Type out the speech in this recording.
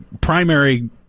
primary